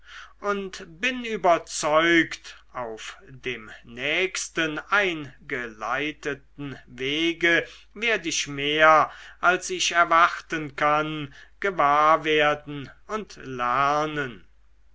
und bin überzeugt auf dem nächsten eingeleiteten wege werd ich mehr als ich erwarten kann gewahr werden und lernen